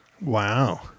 wow